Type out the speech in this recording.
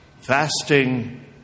Fasting